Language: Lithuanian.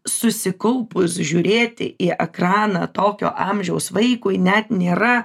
susikaupus žiūrėti į ekraną tokio amžiaus vaikui net nėra